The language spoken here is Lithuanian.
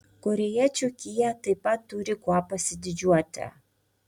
korėjiečių kia taip pat turi kuo pasididžiuoti